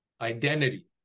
identity